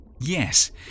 Yes